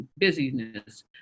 busyness